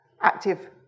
active